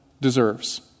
deserves